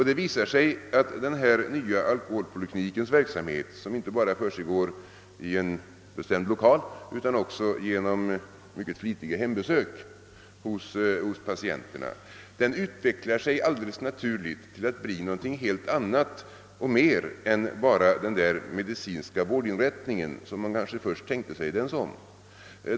Det visar sig att denna nya alkoholpoliklinik, som inte bara verkar i en bestämd lokal utan också verkar genom flitiga hembesök hos patienterna, alldeles naturligt utvecklar sig till att bli något helt annat och mer än bara den där medicinska vårdinrättningen som man kanske först tänkte sig att den skulle vara.